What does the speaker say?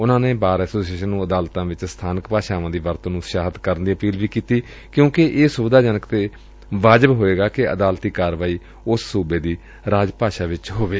ਉਨੂਾ bar association ਨੂੂੰ ਅਦਾਲਤਾਂ ਵਿਚ ਸਥਾਨਕ ਭਾਸ਼ਾਵਾਂ ਦੀ ਵਰਤੋਂ ਨੂੰ ਉਤਸ਼ਾਹਿਤ ਕਰਨ ਦੀ ਅਪੀਲ ਕੀਤੀ ਕਿਉਂਕਿ ਇਹ ਸੁਵਿਧਾਜਨਕ ਅਤੇ ਉਚਿਤ ਹੋਵੇਗਾ ਕਿ ਅਦਾਲਤੀ ਕਾਰਵਾਈ ਉਸ ਸੁਬੇ ਦੀ ਰਾਜ ਭਾਸ਼ਾ ਵਿਚ ਹੋਵੇ